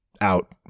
out